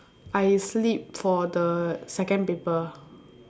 I sleep for the second paper